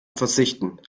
verzichten